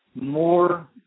more